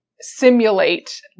simulate